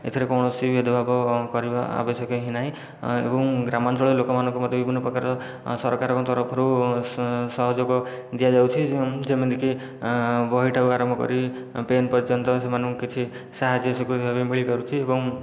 ଏଥିରେ କୌଣସି ଭେଦଭାବ କରିବା ଆବଶ୍ୟକ ହିଁ ନାହିଁ ଏବଂ ଗ୍ରାମଞ୍ଚଳରେ ଲୋକମାନଙ୍କୁ ମଧ୍ୟ ବିଭିନ୍ନ ପ୍ରକାର ସରକାରଙ୍କ ତରଫରୁ ସହଯୋଗ ଦିଆଯାଉଛି ଯେମିତିକି ବହିଠାରୁ ଆରମ୍ଭ କରି ପେନ୍ ପର୍ଯ୍ୟନ୍ତ ସେମାନଙ୍କୁ କିଛି ସାହାଯ୍ୟ ସ୍ୱୀକୃତି ଭାବେ ମିଳିପାରୁଛି ଏବଂ